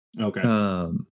Okay